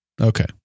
Okay